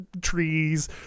trees